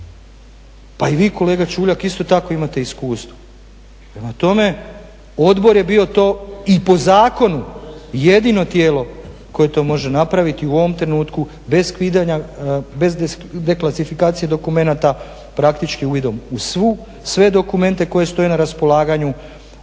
Pa i vi kolega Čuljak isto tako imate iskustva i prema tome odbor je bio to i po zakonu jedino tijelo koje to može napraviti i u ovom trenutku bez deklasifikacije dokumenata praktički uvidom u sve dokumente koji stoje na raspolaganju